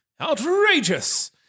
Outrageous